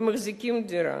ומחזיקים דירה.